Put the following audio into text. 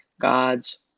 God's